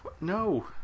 No